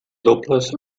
dobles